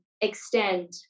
extend